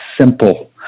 simple